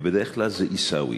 ובדרך כלל זה עיסאווי.